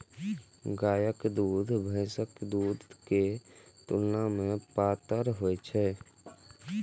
गायक दूध भैंसक दूध के तुलना मे पातर होइ छै